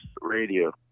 radio